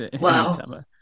Wow